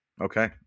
Okay